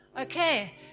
Okay